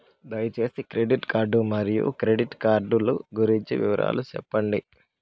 దయసేసి credit card మరియు credit card లు గురించి వివరాలు సెప్పండి?